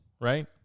right